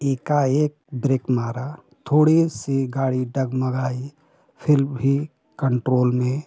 एकाएक ब्रेक मारा थोड़ी सी गाड़ी डगमगाई फिर भी कंट्रोल में